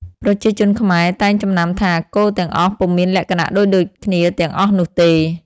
ប្រជាជនខ្មែរតែងចំណាំថា គោទាំងអស់ពុំមានលក្ខណៈដូចៗ គ្នាទាំងអស់នោះទេ។